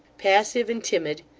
passive and timid,